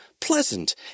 pleasant